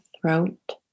throat